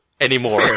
anymore